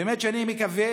באמת שאני מקווה,